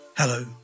Hello